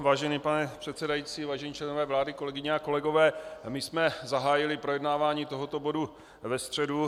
Vážený pane předsedající, vážení členové vlády, kolegyně a kolegové, my jsme zahájili projednávání tohoto bodu ve středu.